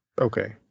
Okay